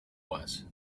was